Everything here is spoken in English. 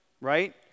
right